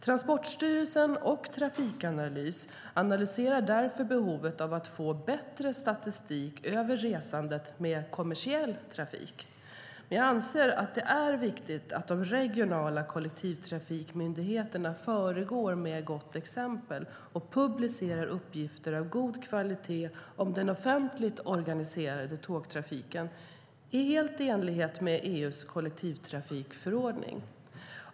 Transportstyrelsen och Trafikanalys analyserar därför behovet av att få bättre statistik över resandet med kommersiell trafik. Jag anser att det är viktigt att de regionala kollektivtrafikmyndigheterna föregår med gott exempel och publicerar uppgifter av god kvalitet om den offentligt organiserade tågtrafiken helt i enlighet med EU:s kollektivtrafikförordning.